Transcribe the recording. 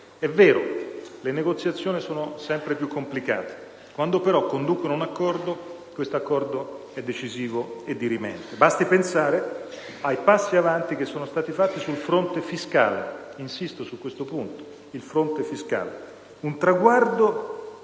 È vero, le negoziazioni sono sempre più complicate. Quando però conducono ad un accordo, questo è decisivo e dirimente. Basti pensare ai passi avanti che sono stati fatti sul fronte fiscale (insisto su questo punto): un traguardo